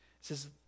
says